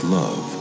love